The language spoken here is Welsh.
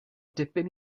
dipyn